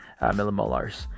millimolars